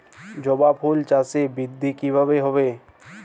জবা ফুল চাষে বৃদ্ধি কিভাবে হবে?